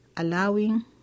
Allowing